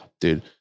Dude